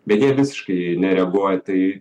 beje visiškai nereaguoja tai